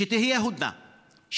שתהיה הודנה,